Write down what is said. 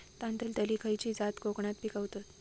तांदलतली खयची जात कोकणात पिकवतत?